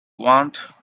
want